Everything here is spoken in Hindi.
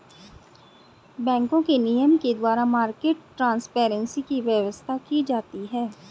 बैंकों के नियम के द्वारा मार्केट ट्रांसपेरेंसी की व्यवस्था की जाती है